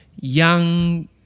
Young